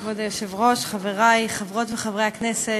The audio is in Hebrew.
כבוד היושב-ראש, תודה, חברי חברות וחברי הכנסת,